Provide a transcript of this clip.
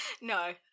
No